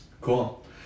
cool